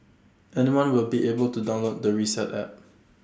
anyone will be able to download the reset app